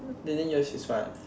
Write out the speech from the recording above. meaning yours is what